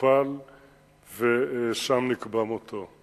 טופל ושם נקבע מותו.